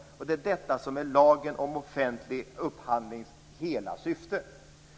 Det är detta som är lagen om offentlig upphandlings hela syfte.